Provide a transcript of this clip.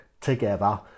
together